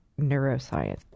neuroscience